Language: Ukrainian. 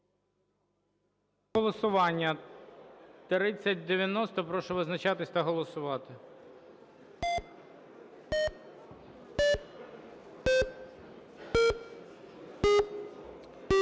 голосування 3090. Прошу визначатись та голосувати.